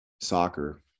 soccer